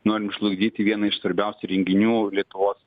norim žlugdyti vieną iš svarbiausių renginių lietuvos